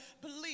believe